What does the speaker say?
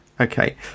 Okay